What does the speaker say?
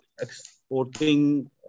exporting